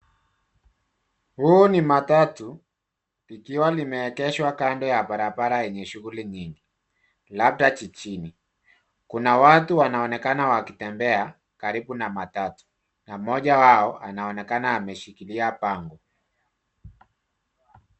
Huu ni matatu likiwa limeengeshwa kando ya barabara yenye shughuli nyingi. Labda jijini. Kuna watu wanaonekana wakitembea, karibu na matatu. Na mmoja wao, anaonekana ameshikilia bango.